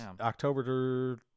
October